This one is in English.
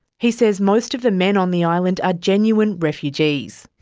he says most of the men on the island are genuine refugees.